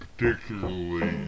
Particularly